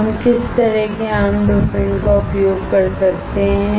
अब हम किस तरह के आम डोपेंट का उपयोग कर सकते हैं